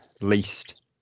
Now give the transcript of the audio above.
least